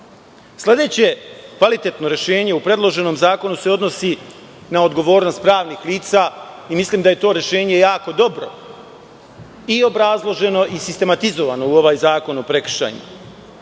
kvalitetno rešenje u predloženom zakonu se odnosi na odgovornost pravnih lica. Mislim da je to rešenje jako dobro i obrazloženo i sistematizovano u ovaj zakon o prekršajima.